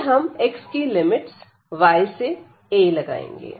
फिर हम x की लिमिट्स y से a लगाएंगे